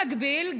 במקביל,